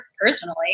personally